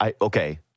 okay